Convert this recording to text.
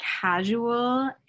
casual